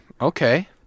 Okay